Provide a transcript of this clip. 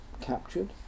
captured